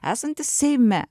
esantis seime